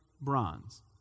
bronze